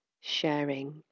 sharing